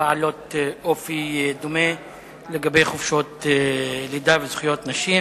בעלות אופי דומה לגבי חופשות לידה וזכויות נשים.